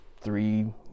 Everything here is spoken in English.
three